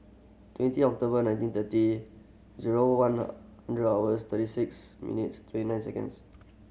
twenty October nineteen thirty zero one hundred hours thirty six minutes twenty nine seconds